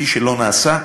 כפי שלא נעשה,